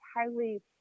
highly